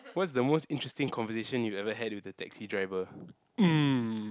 what's the most interesting conversation you've ever had with the taxi driver